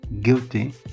Guilty